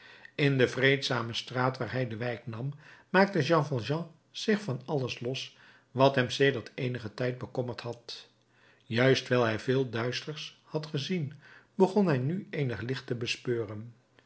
in de vreedzame straat waar hij de wijk nam maakte jean valjean zich van alles los wat hem sedert eenigen tijd bekommerd had juist wijl hij veel duisters had gezien begon hij nu eenig licht te bespeuren